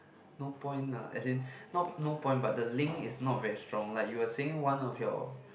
no point lah as in not no point but the link is not very strong like you were saying one of your